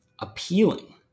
appealing